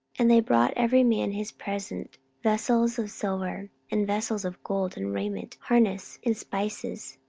and they brought every man his present, vessels of silver, and vessels of gold, and raiment, harness, and spices,